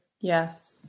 yes